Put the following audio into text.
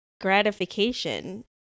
gratification